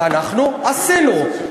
ואנחנו עשינו,